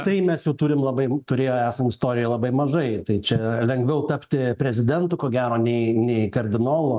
tai mes jau turim labai turėję esam istorijoj labai mažai tai čia lengviau tapti prezidentu ko gero nei nei kardinolu